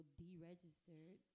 deregistered